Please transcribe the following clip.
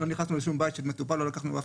דבר שני,